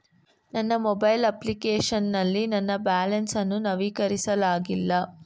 ನನ್ನ mobile application ನಲ್ಲಿ ನನ್ನ ಬ್ಯಾಲೆನ್ಸ್ ಅನ್ನು ನವೀಕರಿಸಲಾಗಿಲ್ಲ